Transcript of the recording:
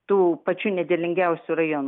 tų pačių nederlingiausių rajonų